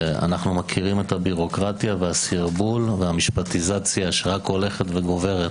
אנחנו מכירים את הביורוקרטיה והסרבול והמשפטיציה שרק הולכת וגוברת,